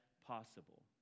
possible